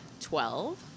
twelve